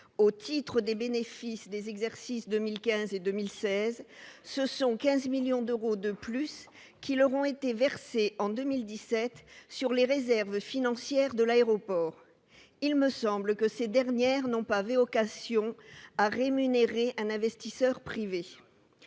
au titre des bénéfices des exercices 2015 et 2016, ce sont 15 millions d'euros de plus qui leur ont été versés en 2017 sur les réserves financières de l'aéroport. Il me semble que ces dernières n'ont pas vocation à rémunérer un investisseur privé.